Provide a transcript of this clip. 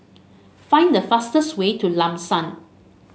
find the fastest way to Lam San